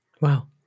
Wow